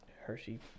Hershey